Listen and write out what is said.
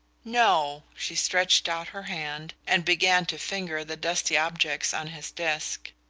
no. she stretched out her hand and began to finger the dusty objects on his desk.